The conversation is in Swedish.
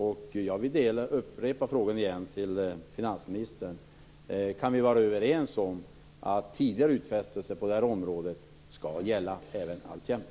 Jag vill upprepa frågan igen till finansministern: Kan vi vara överens om att tidigare utfästelser på det här området skall gälla även alltjämt?